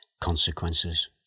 consequences